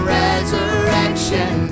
resurrection